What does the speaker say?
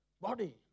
body